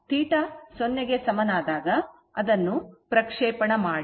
ಆದ್ದರಿಂದ θ 0 ಗೆ ಸಮನಾದಾಗ ಅದನ್ನು ಪ್ರಕ್ಷೇಪಣ ಮಾಡಿ